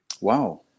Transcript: wow